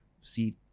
See